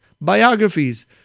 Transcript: biographies